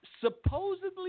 supposedly